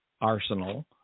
arsenal